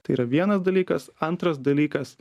tai yra vienas dalykas antras dalykas